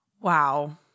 Wow